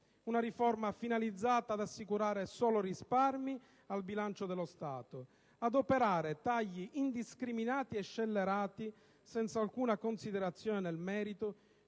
una riforma finalizzata ad assicurare solo risparmi al bilancio dello Stato e ad operare tagli indiscriminati e scellerati, senza alcuna considerazione nel merito